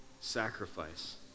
sacrifice